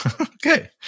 Okay